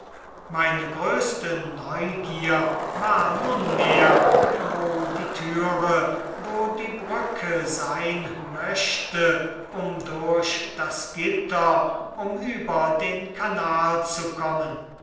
meine größte neugier war nunmehr wo die türe wo die brücke sein möchte um durch das gitter um über den kanal zu kommen